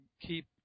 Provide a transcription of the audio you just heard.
keep